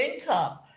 income